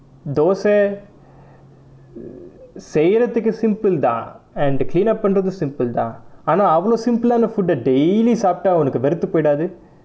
thosai செய்றதற்கு:seiratharkku simple தான்:thaan and clean up பண்ணுறதும்:pannurathum simple தான் ஆனால் அவ்வளவு:thaan aanal avvalavu simple ஆன:aana food daily சாப்பிட்டா உனக்கு வெறுத்து போய்றாது:saapitta unakku verutthu poiraathu